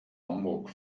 hamburg